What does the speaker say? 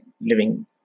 living